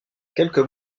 quelques